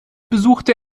besuchte